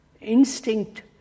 Instinct